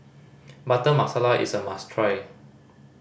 mutter masala is a must try